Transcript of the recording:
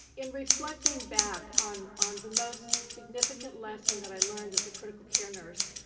in reflecting back on on the most significant lesson that i learned as a critical care nurse,